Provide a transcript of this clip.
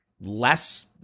less